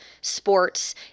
sports